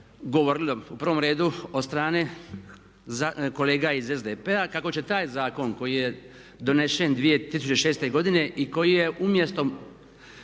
govorilo u prvom redu od strane kolega iz SDP-a kako će taj zakon koji je donesen 2006. godine i koji je umjesto